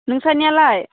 नोंसानियालाय